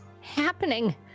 happening